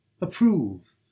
approve